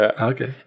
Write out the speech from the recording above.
Okay